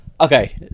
okay